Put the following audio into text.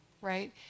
right